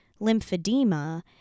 lymphedema